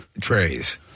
trays